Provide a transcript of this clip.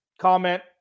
Comment